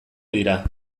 dira